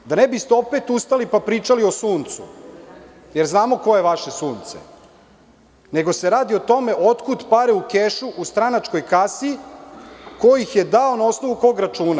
Da ne biste opet ustali pa pričali o suncu, jer znamo koje je vaše sunce, radi se o tome otkud pare u kešu u stranačkoj kasi, ko ih je da, na osnovu kog računa?